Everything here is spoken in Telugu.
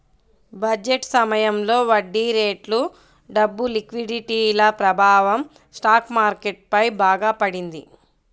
బడ్జెట్ సమయంలో వడ్డీరేట్లు, డబ్బు లిక్విడిటీల ప్రభావం స్టాక్ మార్కెట్ పై బాగా పడింది